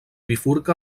bifurca